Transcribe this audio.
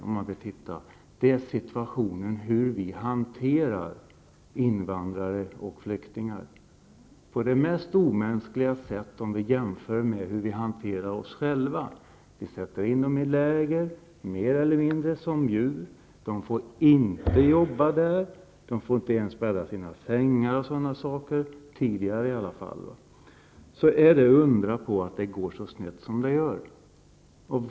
Orsaken är hur vi hanterar invandrare och flyktingar. Om man jämför med hur vi hanterar oss själva, är det på det mest omänskliga sätt. Vi sätter dem i läger, mer eller mindre som djur. De får inte arbeta. De får inte ens bädda sina egna sängar osv. Så var det i alla fall tidigare. Det är inte undra på att det går så snett som det gör.